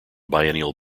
biennial